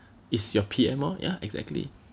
is your P_M lor exactly